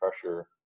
pressure